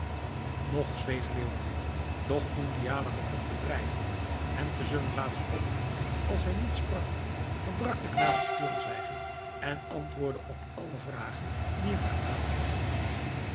nog zweeg leeuwke doch toen diala begon te dreigen hem te zullen laten ophangen als hij niet sprak verbrak de knaap het stilzwijgen en antwoordde op alle vragen die hem gedaan werden